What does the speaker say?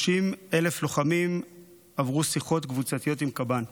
30,000 לוחמים עברו שיחות קבוצתיות עם קב"ן.